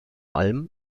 allem